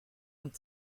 und